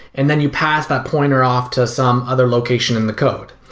and then you pass that pointer off to some other location in the code.